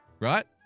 Right